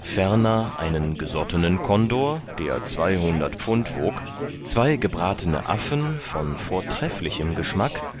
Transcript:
ferner einen gesottenen kondor der zweihundert pfund wog zwei gebratene affen von vortrefflichem geschmack